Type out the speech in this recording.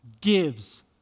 gives